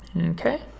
Okay